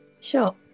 Sure